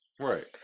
Right